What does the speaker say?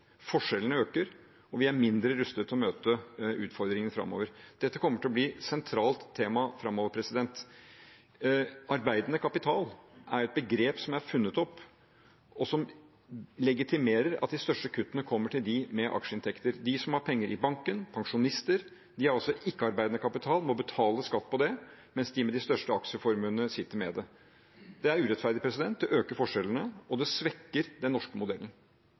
Forskjellene øker, og vi er mindre rustet til å møte utfordringer framover. Dette kommer til å bli et sentralt tema framover. «Arbeidende kapital» er et begrep som er funnet opp, og som legitimerer at de største kuttene kommer til dem med aksjeinntekter. De som har penger i banken, pensjonister, har altså ikke-arbeidende kapital og må betale skatt av den, mens de med de største aksjeformuene sitter med det. Det er urettferdig, det øker forskjellene, og det svekker den norske modellen.